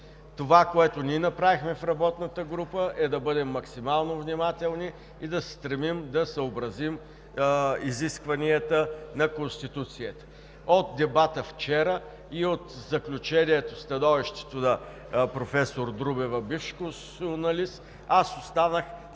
Това, което ние направихме в работната група, е да бъдем максимално внимателни и да се стремим да съобразим изискванията на Конституцията. От дебата вчера и от становището на професор Друмева – бивш конституционалист, аз останах